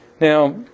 Now